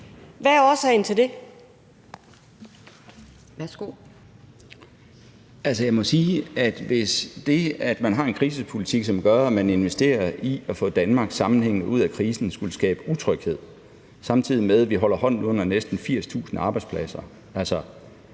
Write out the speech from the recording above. Morten Bødskov (fg.): Altså, jeg må sige, at hvis det, at man har en krisepolitik, som gør, at man investerer i at få Danmark sammenhængende ud af krisen, skulle skabe utryghed – samtidig med at vi holder hånden under næsten 80.000 arbejdspladser og